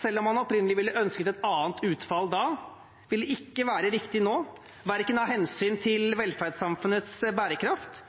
selv om man opprinnelig ville ønsket et annet utfall da, ville ikke være riktig nå, verken av hensyn til velferdssamfunnets bærekraft